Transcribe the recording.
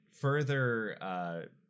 further